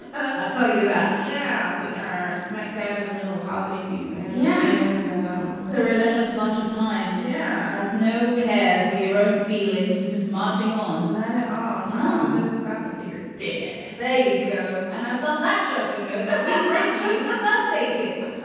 i tell you that. yeah, we are smack dab in the middle of holiday season yeah and um the relentless march of time yeah. has no care for your own feelings is just marching on. none at all. no doesn't stop until you're dead. there you go. and that's on um that. jofi note that will bring you a first aid kit ah